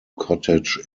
cottage